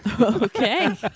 Okay